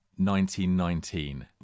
1919